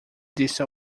disse